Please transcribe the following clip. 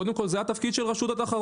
קודם כל זה התפקיד של רשות התחרות.